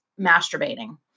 masturbating